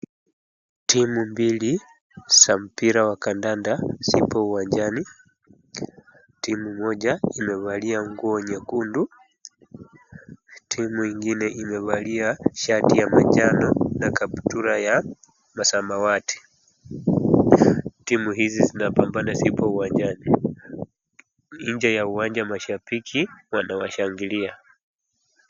Timu mbili, za mpira wa kadanda zipo uwanjani. Timu moja imevalia nguo nyekundu, timu ingine imevalia shati ya manjano na kaptura ya masamawati. Timu hizi zinapambana zipo uwanjani. Nje ya uwanja mashabiki wanawashangilia.